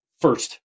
first